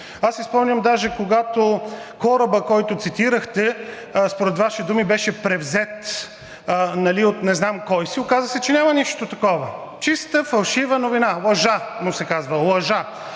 Аз си спомням даже, когато корабът, който цитирахте, според Ваши думи, беше превзет от не знам кой си. Оказа се, че няма нищо такова – чиста фалшива новина! Лъжа му се казва. Лъжа!